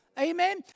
Amen